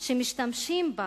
שמשתמשים בה